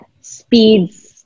speeds